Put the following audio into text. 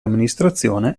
amministrazione